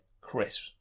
Chris